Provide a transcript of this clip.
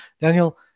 Daniel